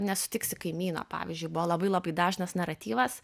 nesutiksi kaimyno pavyzdžiui buvo labai labai dažnas naratyvas